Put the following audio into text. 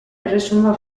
erresuma